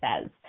says